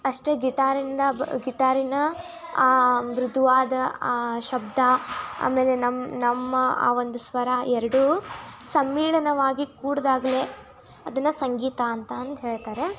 ಅಷ್ಟೆ ಗಿಟಾರಿಂದ ಗಿಟಾರಿನ ಆ ಮೃದುವಾದ ಆ ಶಬ್ದ ಆಮೇಲೆ ನಮ್ಮ ನಮ್ಮ ಆ ಒಂದು ಸ್ವರ ಎರಡೂ ಸಮ್ಮಿಲನವಾಗಿ ಕೂಡಿದಾಗ್ಲೇ ಅದನ್ನು ಸಂಗೀತ ಅಂತ ಅಂದು ಹೇಳ್ತಾರೆ